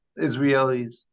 Israelis